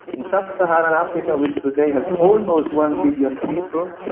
in sub-saharan africa, which today has almost one billion people,